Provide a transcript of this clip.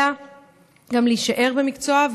אלא גם להישאר במקצוע.